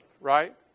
right